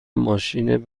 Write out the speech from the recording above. ماشین